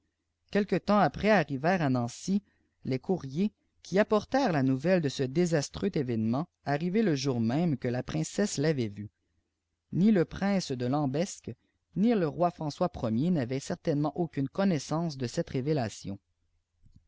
quelques temps après arrivèrent à nancy les çoumers qui appw tèrent la nouvelle de ce désastreux événement arrivé le jour mémo que la princesse l'avait vu ni le prince de lambesc ni le roi françois i n'avait aucune connaissance de cette révélation